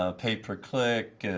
ah pay per click,